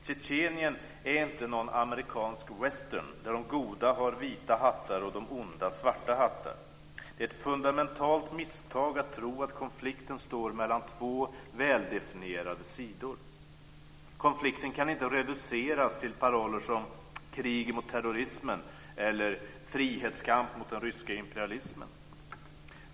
Tjetjenien är inte någon amerikansk western där de goda har vita hattar och de onda svarta hattar. Det är ett fundamentalt misstag att tro att konflikten står mellan två väldefinierade sidor. Konflikten kan inte reduceras till paroller som "krig mot terrorismen" eller "frihetskamp mot den ryska imperialismen".